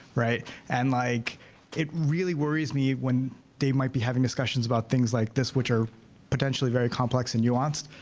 right? and like it really worries me when they might be having discussions about things like this which are potentially very complex and nuanced.